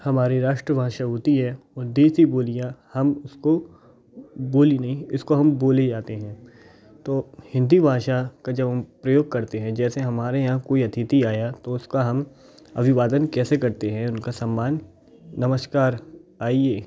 हमारी राष्ट्र भाषा होती है और देसी बोलियाँ हम उसको बोली नहीं इसको हम बोले ही जाते हैं तो हिन्दी भाषा का जब हम प्रयोग करते हैं जैसे हमारे यहाँ कोई अतिथि आया तो उसका हम अभिवादन कैसे करते हैं उनका सम्मान नमस्कार आइए